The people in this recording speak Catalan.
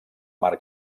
mar